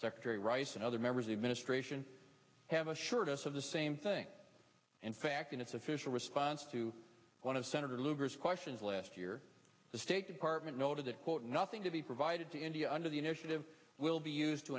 secretary rice and other members of ministration have assured us of the same thing in fact in its official response to one of senator lugar's questions last year the state department noted quote nothing to be provided to india under the initiative will be used to